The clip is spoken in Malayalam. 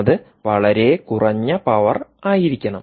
അത് വളരെ കുറഞ്ഞ പവർ ആയിരിക്കണം